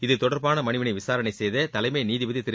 இத்தொடர்பான மனுவினை விசாரணை செய்த தலைமை நீதிபதி திரு